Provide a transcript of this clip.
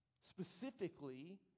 Specifically